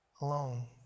alone